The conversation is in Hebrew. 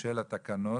של התקנות.